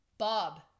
Bob